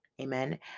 Amen